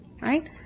Right